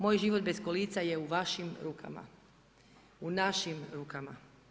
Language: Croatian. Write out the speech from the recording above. Moj život bez kolica je u vašim rukama, u našim rukama.